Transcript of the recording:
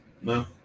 No